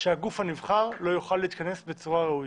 שהגוף הנבחר לא יוכל להתכנס בצורה ראויה.